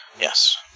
Yes